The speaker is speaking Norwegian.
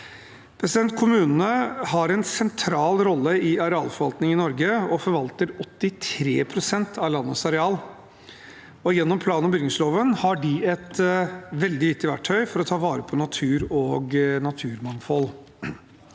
Kommunene har en sentral rolle i arealforvaltningen i Norge og forvalter 83 pst. av landets areal. Gjennom plan- og bygningsloven har de et veldig viktig verktøy for å ta vare på natur og naturmangfold.